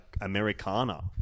Americana